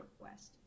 request